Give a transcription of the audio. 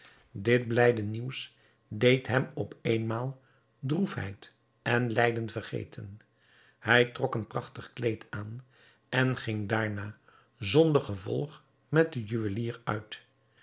dit blijde nieuws deed hem op éénmaal droefheid en lijden vergeten hij trok een prachtig kleed aan en ging daarna zonder gevolg met den juwelier uit